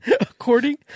According